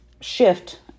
shift